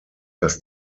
dass